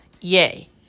Yay